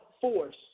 force